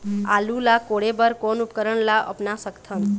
आलू ला कोड़े बर कोन उपकरण ला अपना सकथन?